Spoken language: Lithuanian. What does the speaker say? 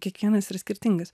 kiekvienas yra skirtingas